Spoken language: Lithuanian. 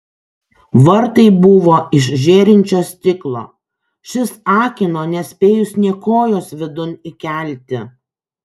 vartai buvo iš žėrinčio stiklo šis akino nespėjus nė kojos vidun įkelti